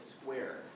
square